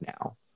now